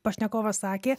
pašnekovas sakė